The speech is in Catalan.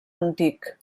antic